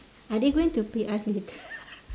are they going to pay us later